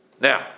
Now